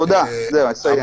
תודה, אני מסיים.